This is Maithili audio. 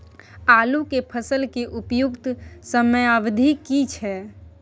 आलू के फसल के उपयुक्त समयावधि की छै?